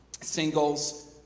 singles